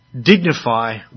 Dignify